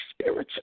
spiritual